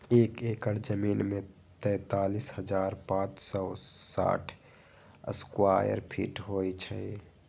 एक एकड़ जमीन में तैंतालीस हजार पांच सौ साठ स्क्वायर फीट होई छई